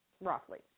roughly